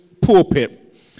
pulpit